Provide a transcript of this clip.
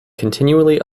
continually